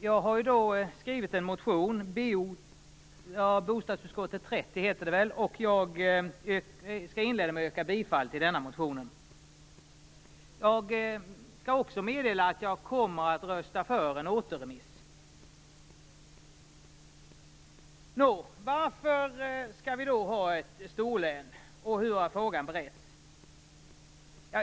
Jag har skrivit en motion, Bo30, och jag skall inleda med att yrka bifall till den motionen. Jag skall också meddela att jag kommer att rösta för en återremiss. Varför skall vi då ha ett storlän, och hur har frågan beretts?